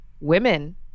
women